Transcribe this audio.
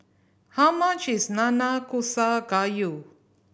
how much is Nanakusa Gayu